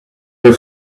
her